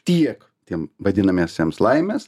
tiek tiem vadinamiesiems laimės